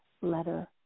letter